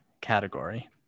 category